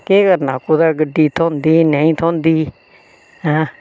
केह् करना कुदै गड्डी थ्होंदी नेईं थ्होंदी ऐं